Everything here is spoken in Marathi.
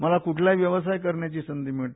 मला कुळलाही व्यवसाय करण्याची संधी मिळते